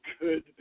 good